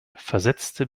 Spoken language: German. versetzte